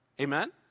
amen